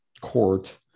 court